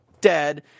dead